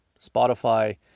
Spotify